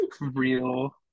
Real